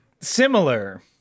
Similar